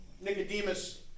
Nicodemus